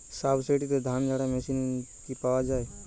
সাবসিডিতে ধানঝাড়া মেশিন কি পাওয়া য়ায়?